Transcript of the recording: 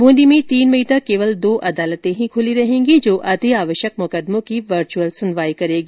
ब्रंदी में तीन मई तक केवल दो अदालतें ही खुली रहेंगी जो अति आवश्यक मुकदमों की वर्चअुल सुनवाई करेगी